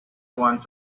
want